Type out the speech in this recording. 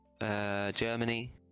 Germany